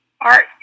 art